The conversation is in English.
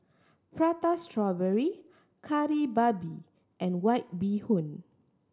Prata Strawberry Kari Babi and White Bee Hoon